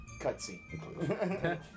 cutscene